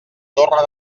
torre